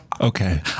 Okay